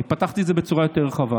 אני פתחתי את זה בצורה יותר רחבה